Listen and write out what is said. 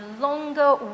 longer